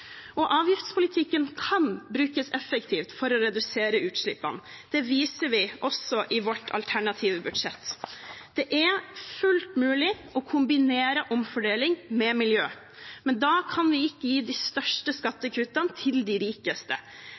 forurensningen. Avgiftspolitikken kan brukes effektivt for å redusere utslippene. Det viser vi også i vårt alternative budsjett. Det er fullt mulig å kombinere omfordeling med miljø, men da kan vi ikke gi de største skattekuttene til de rikeste.